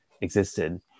existed